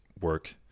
work